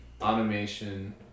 automation